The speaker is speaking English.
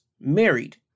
married